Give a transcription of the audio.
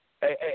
Hey